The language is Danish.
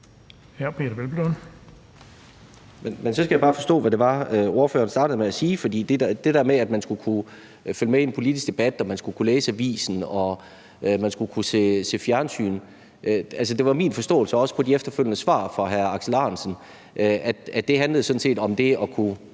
Peder Hvelplund (EL): Så skal jeg bare forstå, hvad det var, ordføreren startede med at sige, nemlig det der med, at man skal kunne følge med i den politiske debat, kunne læse avisen og se fjernsyn. Her var det min forståelse, også på de efterfølgende svar fra hr. Alex Ahrendtsen, at det sådan set handlede om det at kunne